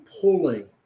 pulling